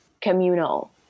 communal